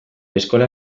eskola